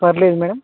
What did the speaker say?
curd లేదా madam